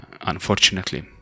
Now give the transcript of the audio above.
unfortunately